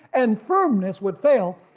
and firmness would fail,